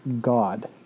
God